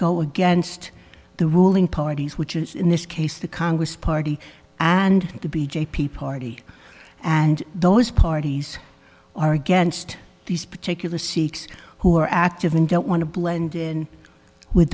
go against the ruling party which is in this case the congress party and the b j p party and those parties are against these particular sikhs who are active and don't want to blend in with